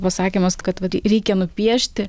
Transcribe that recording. pasakymas kad vat reikia nupiešti